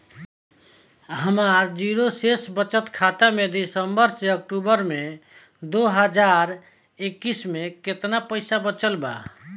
हमार जीरो शेष बचत खाता में सितंबर से अक्तूबर में दो हज़ार इक्कीस में केतना पइसा बचल बा?